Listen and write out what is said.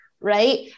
right